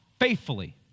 faithfully